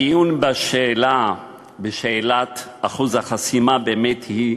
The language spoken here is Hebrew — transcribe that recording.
הדיון בשאלת אחוז החסימה, באמת הוא